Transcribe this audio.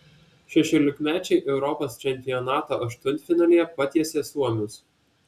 šešiolikmečiai europos čempionato aštuntfinalyje patiesė suomius